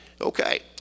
okay